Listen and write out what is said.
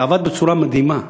זה עבד בצורה מדהימה.